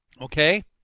Okay